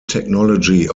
technology